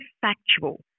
factual